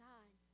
God